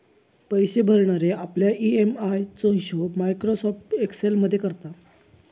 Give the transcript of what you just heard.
पैशे भरणारे आपल्या ई.एम.आय चो हिशोब मायक्रोसॉफ्ट एक्सेल मध्ये करता